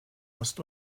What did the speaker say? ost